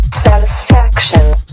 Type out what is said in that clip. Satisfaction